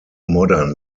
modern